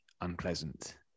unpleasant